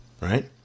right